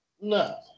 no